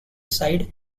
side